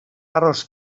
aros